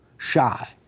Shy